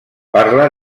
parla